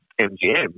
MGM